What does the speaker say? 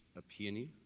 a penny,